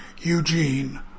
Eugene